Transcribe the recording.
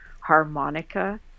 harmonica